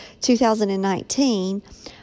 2019